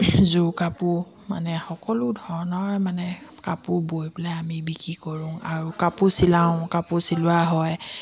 যোৰ কাপোৰ মানে সকলো ধৰণৰ মানে কাপোৰ বৈ পেলাই আমি বিক্ৰী কৰোঁ আৰু কাপোৰ চিলাওঁ কাপোৰ চিলোৱা হয়